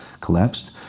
collapsed